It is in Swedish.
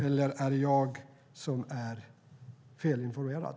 Eller är det jag som är felinformerad?